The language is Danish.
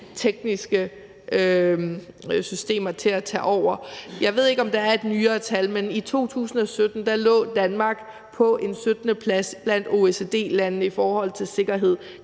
tekniske systemer til at tage over. Jeg ved ikke, om der er et nyere tal, men i 2017 lå Danmark på en 17. plads blandt OECD-landene i forhold til sikkerhed.